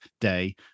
day